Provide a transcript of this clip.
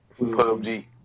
PUBG